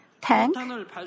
tank